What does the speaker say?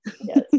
yes